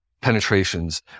penetrations